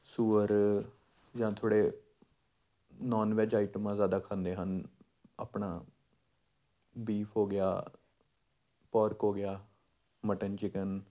ਸੂਅਰ ਜਾਂ ਥੋੜ੍ਹੇ non veg ਆਈਟਮਾਂ ਜ਼ਿਆਦਾ ਖਾਂਦੇ ਹਨ ਆਪਣਾ ਬੀਫ ਹੋ ਗਿਆ ਪਰਕ ਹੋ ਗਿਆ ਮਟਨ ਚਿਕਨ